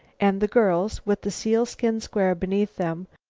and the girls, with the sealskin square beneath them,